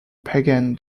pagan